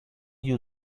you